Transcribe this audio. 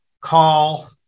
call